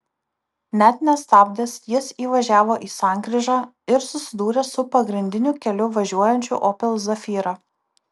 net nestabdęs jis įvažiavo į sankryžą ir susidūrė su pagrindiniu keliu važiuojančiu opel zafira